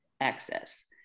access